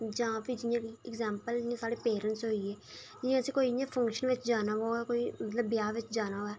जां जि'यां भी एगजाम्पल साढ़े पेरेंटस होई गे इ'यां असें गी कोई जि'यां फंक्शन बिच जाना होऐ कोई मतलब कि ब्याह् बिच जाना होऐ